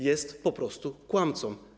Jest po prostu kłamcą.